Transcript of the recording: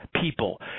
people